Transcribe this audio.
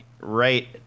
right